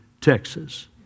Texas